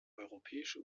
europäische